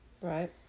Right